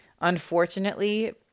Unfortunately